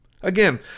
Again